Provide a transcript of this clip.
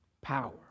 power